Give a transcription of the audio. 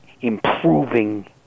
improving